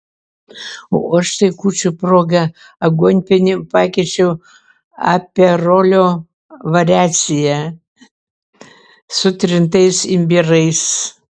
o aš tai kūčių proga aguonpienį pakeičiau aperolio variacija su trintais imbierais